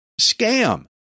scam